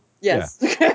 yes